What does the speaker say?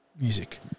music